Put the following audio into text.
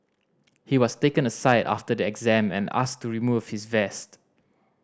he was taken aside after the exam and asked to remove his vest